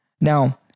Now